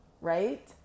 right